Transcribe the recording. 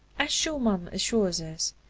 as schumann assures us,